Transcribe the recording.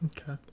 okay